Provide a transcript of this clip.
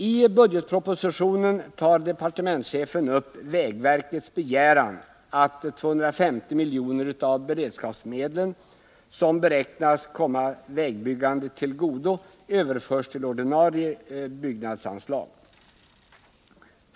I budgetpropositionen tar departementschefen upp vägverkets begäran att 250 milj.kr. av beredskapsmedlen, som beräknas komma vägbyggandet till godo, överförs till ordinarie byggnadsanslag.